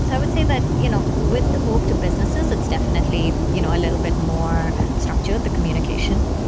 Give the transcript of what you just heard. so would say that you know with the move to businesses, it's definitely you know a little bit more structured, the communication.